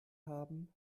haben